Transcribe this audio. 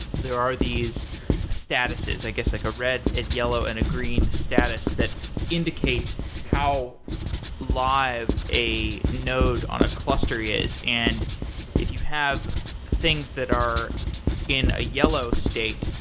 there are these statuses, i guess like a red, yellow, and a green status that indicate how live a node on a cluster is. and if you have things that are in a yellow state,